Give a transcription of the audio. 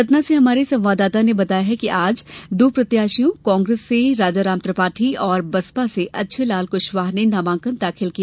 सतना से हमारे संवाददाता ने बताया है कि आज दो प्रत्याशियों कांग्रेस से राजाराम त्रिपाठी और बसपा से अच्छेलाल कुशवाह ने नामांकन दाखिल किया